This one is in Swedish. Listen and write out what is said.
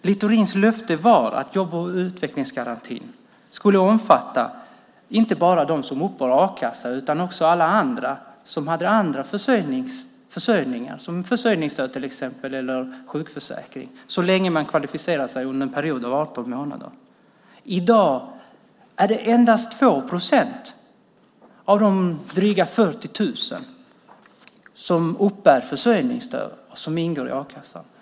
Littorins löfte var att jobb och utvecklingsgarantin skulle omfatta inte bara dem som uppbar a-kassa utan också alla som hade till exempel försörjningsstöd eller sjukförsäkring, så länge man kvalificerade sig under en period av 18 månader. I dag är det endast 2 procent av de dryga 40 000 som uppbär försörjningsstöd som ingår i a-kassan.